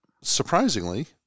surprisingly